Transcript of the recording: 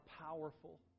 powerful